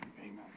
amen